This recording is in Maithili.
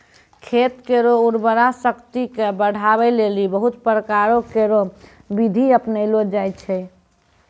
खेत केरो उर्वरा शक्ति क बढ़ाय लेलि बहुत प्रकारो केरो बिधि अपनैलो जाय छै